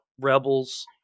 Rebels